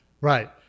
Right